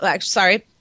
Sorry